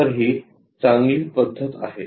तर ही चांगली पद्धत आहे